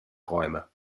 räume